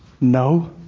no